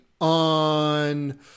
on